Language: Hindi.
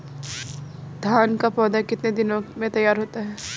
धान का पौधा कितने दिनों में तैयार होता है?